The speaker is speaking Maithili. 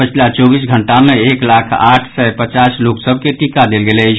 पछिला चौबीस घंटा मे एक लाख आठ सय पचास लोक सभ के टीका देल गेल अछि